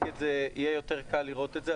יהיה יותר קל לראות את זה,